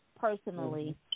personally